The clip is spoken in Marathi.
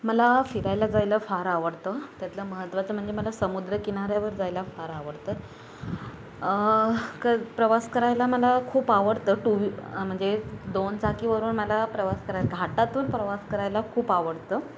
मला फिरायला जायला फार आवडतं त्यातलं महत्त्वाचं म्हणजे मला समुद्रकिनाऱ्यावर जायला फार आवडतं क प्रवास करायला मला खूप आवडतं टू व्ही म्हणजे दोन चाकीवरून मला प्रवास करायला घाटातून प्रवास करायला खूप आवडतं